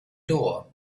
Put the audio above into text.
door